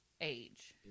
age